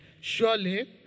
Surely